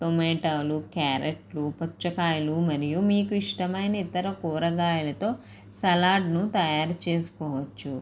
టమాటాలు క్యారెట్లు పుచ్చకాయలు మరియు మీకు ఇష్టమైన ఇతర కూరగాయలతో సలాడ్ను తయారు చేసుకోవచ్చు